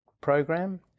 program